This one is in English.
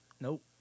Nope